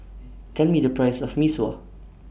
Tell Me The Price of Mee Sua